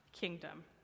kingdom